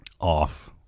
off